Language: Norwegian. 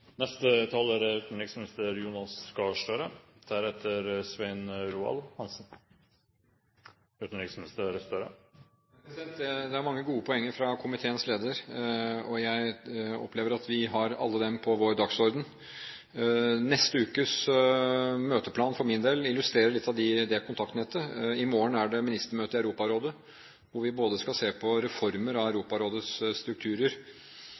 Det kom mange gode poenger fra komiteens leder, og jeg opplever at vi har alle dem på vår dagsorden. Neste ukes møteplan for min del illustrerer litt av det kontaktnettet. I morgen er det ministermøte i Europarådet, hvor vi skal se på både reformer av Europarådets strukturer